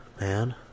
man